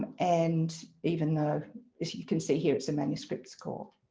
and even though as you can see here it's a manuscript score.